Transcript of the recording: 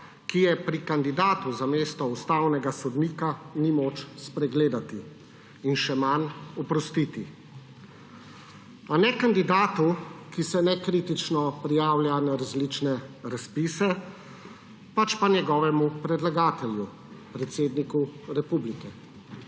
ki je pri kandidatu za mesto ustavnega sodnika ni moč spregledati in še manj oprostiti. A ne kandidatu, ki se nekritično prijavlja na različne razpise, pač pa njegovemu predlagatelju, predsedniku republike.